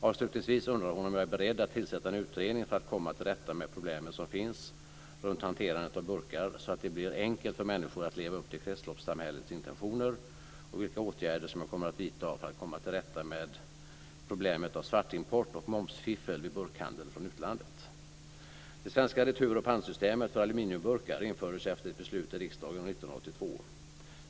Avslutningsvis undrar hon om jag är beredd att tillsätta en utredning för att komma till rätta med problemet som finns runt hanterandet av burkar, så att det blir enkelt för människor att leva upp till kretsloppssamhällets intentioner, och vilka åtgärder som jag kommer att vidta för att komma till rätta med problemet av svartimport och momsfiffel vid burkhandel från utlandet.